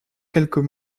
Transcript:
quelques